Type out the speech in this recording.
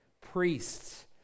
priests